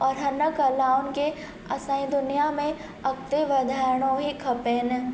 और हिन कलाउनि खे असांजी दुनिया में अॻिते वधाइणो ई खपेनि